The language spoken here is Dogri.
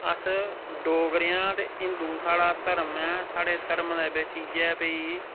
अस्स डोगरे आं ते हिंदू स्हाड़ा धर्म ऐ स्हाड़े धर्म दे बिच इयै भाई